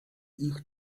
ich